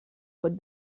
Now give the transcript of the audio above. pot